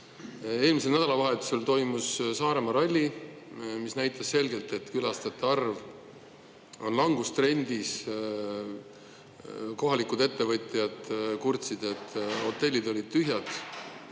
Eelmisel nädalavahetusel toimus Saaremaa ralli, mis näitas selgelt, et külastajate arv on langustrendis. Kohalikud ettevõtjad kurtsid, et hotellid olid tühjad.